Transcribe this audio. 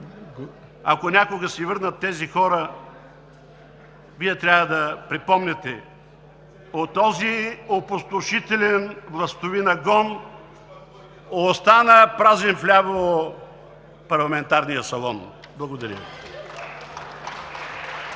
ако някога се върнат тези хора, Вие трябва да припомняте: „от този опустошителен, властови нагон остана празен вляво парламентарният салон“. Благодаря Ви.